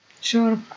Sure